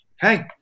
Hey